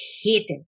hated